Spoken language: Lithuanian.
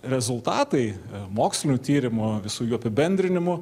rezultatai mokslinių tyrimų visų jų apibendrinimų